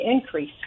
increase